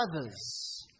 others